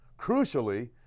Crucially